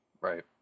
Right